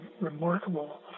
remarkable